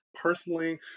Personally